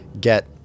get